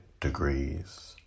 degrees